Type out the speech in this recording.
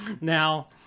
now